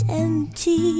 empty